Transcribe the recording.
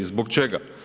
Zbog čega?